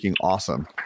awesome